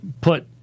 put